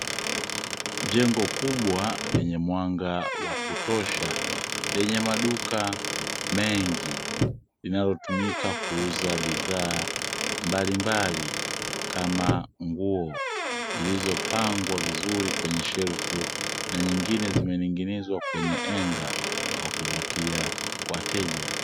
Jengo kubwa lenye mwanga wa kutosha lenye maduka mengi, linalotumika kuuza bidhaa mbalimbali kama nguo zilizopangwa vizuri kwenye shelfu, na nyingine zimening'inizwa kwenye henga kwa kuvutia wateja.